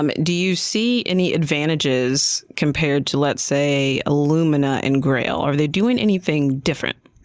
um do you see any advantages compared to, let's say, illumina and grail? are they doing anything different?